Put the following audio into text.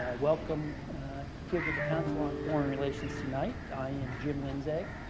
ah welcome here to the council on foreign relations tonight. i am jim lindsay,